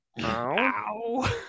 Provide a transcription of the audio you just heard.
Ow